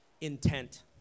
intent